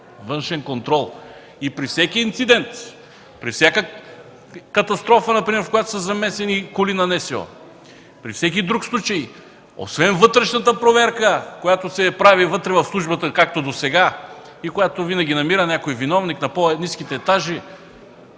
Външен контрол! При всеки инцидент, при всяка катастрофа, в която са замесени коли на НСО, при всеки друг случай, освен вътрешната проверка, която се прави вътре, в службата, както досега, и която винаги намира някой виновник на по-ниските етажи,